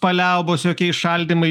paliaubos jokie įšaldymai